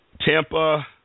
Tampa